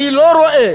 אני לא רואה